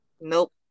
Nope